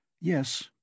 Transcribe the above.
Yes